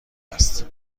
است